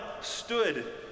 stood